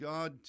God